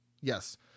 yes